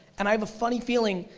and i have a funny feeling,